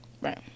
Right